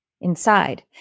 inside